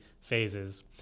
phases